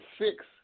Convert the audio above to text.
six